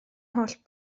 holl